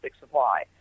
supply